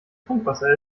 trinkwasser